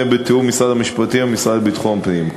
בתיאום עם משרד המשפטים והמשרד לביטחון פנים,